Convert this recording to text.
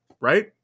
right